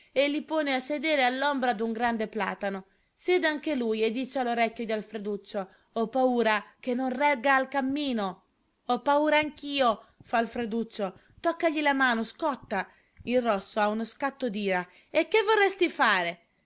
e li pone a sedere all'ombra d'un grande platano siede anche lui e dice all'orecchio d'alfreduccio ho paura che non regga al cammino ho paura anch'io fa alfreduccio toccagli la mano scotta il rosso ha uno scatto d'ira e che vorresti fare